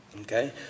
Okay